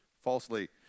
falsely